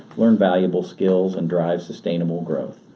learn valuable skills and drive sustainable growth.